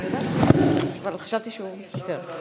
חשבתי שהוא ויתר.